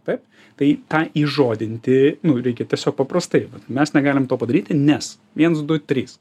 taip tai tą įžodinti nu reikia tiesiog paprastai mes negalim to padaryti nes viens du trys